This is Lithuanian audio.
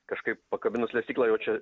kažkaip pakabinus lesyklą jau čia